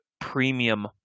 premium